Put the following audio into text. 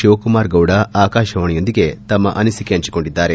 ಶಿವಕುಮಾರ್ ಗೌಡ ಆಕಾಶವಾಣಿಯೊಂದಿಗೆ ತಮ್ಮ ಅನಿಸಿಕೆ ಹಂಚಿಕೊಂಡಿದ್ದಾರೆ